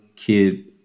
kid